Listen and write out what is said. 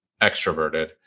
extroverted